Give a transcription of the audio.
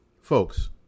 Folks